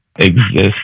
exist